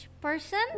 person